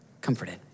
comforted